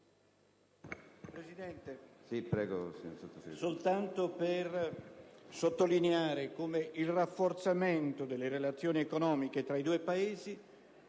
Presidente, intendo sottolineare solamente come il rafforzamento delle relazioni economiche tra i due Paesi